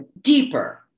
deeper